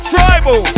Tribal